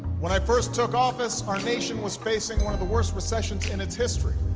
when i first took office, our nation was facing one of the worst recessions in its history.